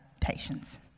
patience